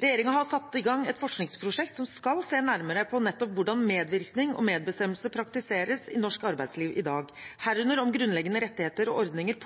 Regjeringen har satt i gang et forskningsprosjekt som skal se nærmere på nettopp hvordan medvirkning og medbestemmelse praktiseres i norsk arbeidsliv i dag, herunder om grunnleggende rettigheter og ordninger